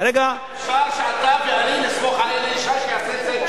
אפשר שאתה ואני נסמוך על אלי ישי שיעשה צדק?